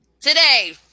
Today